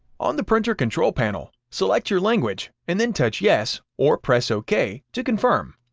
on the printer control panel, select your language, and then touch yes or press ok to confirm.